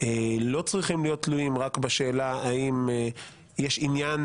לא צריכים להיות תלויים רק בשאלה אם יש עניין